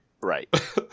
Right